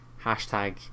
hashtag